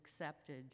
accepted